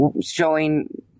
showing